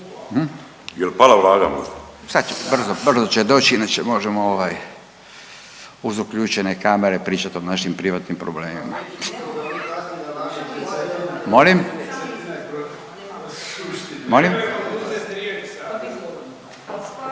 Jel' pala Vlada možda?/… Sad brzo će doći, inače možemo uz uključene kamere pričati o našim privatnim problemima. …/Upadica